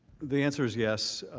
the answer is yes.